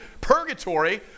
purgatory